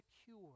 secure